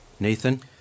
Nathan